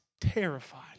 terrified